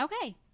okay